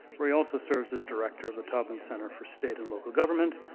where he also serves as director of the taubman center for state and local government,